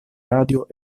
radio